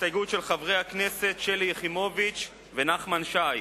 הסתייגות של חברי הכנסת שלי יחימוביץ ונחמן שי.